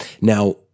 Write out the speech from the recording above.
Now